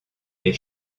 les